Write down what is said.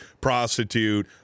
Prostitute